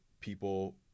people